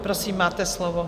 Prosím, máte slovo.